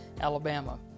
Alabama